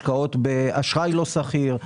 השקעות באשראי לא סחיר,